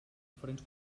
diferents